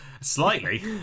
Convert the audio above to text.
Slightly